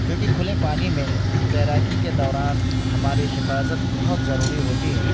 کیوںکہ کھلے پانی میں تیراکی کے دوران ہماری حفاظت بہت ضروری ہوتی ہے